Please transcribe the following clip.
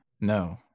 no